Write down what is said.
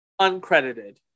uncredited